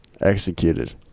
Executed